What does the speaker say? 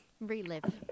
relive